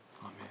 Amen